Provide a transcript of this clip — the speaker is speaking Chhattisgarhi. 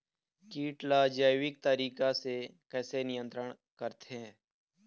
कीट ला जैविक तरीका से कैसे नियंत्रण करथे?